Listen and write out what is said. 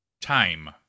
Time